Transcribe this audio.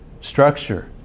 structure